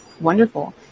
Wonderful